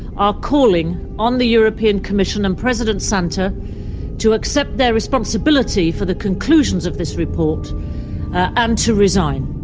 are calling on the european commission and president santer to accept their responsibility for the conclusions of this report and to resign.